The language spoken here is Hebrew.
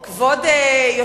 אז כבוד השר,